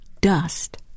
dust